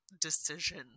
decision